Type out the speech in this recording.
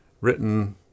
written